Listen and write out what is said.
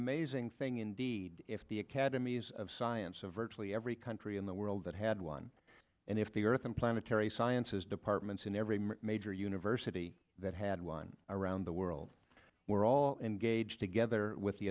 amazing thing indeed if the academies of science or virtually every country in the world that had one and if the earth and planetary sciences departments in every major university that had one around the world were all engaged together with the